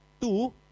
Two